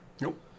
Nope